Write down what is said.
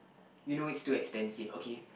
you know it's too expensive okay